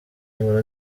inkuru